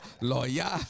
lawyer